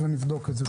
נבדוק את זה.